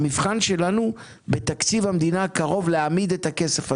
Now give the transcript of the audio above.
המבחן שלנו בתקציב המדינה הקרוב הוא להעמיד את הכסף הזה.